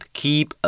keep